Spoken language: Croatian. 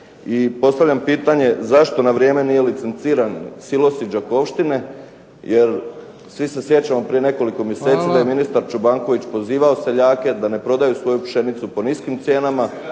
I postavljam pitanje, zašto na vrijeme nije licenciran silosi "Đakovštine" jer svi se sjećamo da je prije nekoliko mjeseci da je ministar Čobanković pozivao seljake da ne prodaju svoju pšenicu po niskim cijenama,